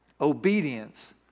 Obedience